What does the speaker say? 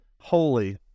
holy